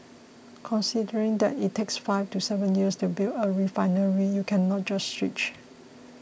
considering that it takes five to seven years to build a refinery you cannot just switch